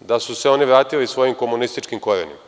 da su se one vratile svojim komunističkim korenima.